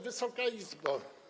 Wysoka Izbo!